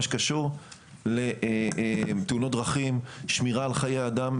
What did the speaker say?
שקשור לתאונות דרכים ושמירה על חיי אדם,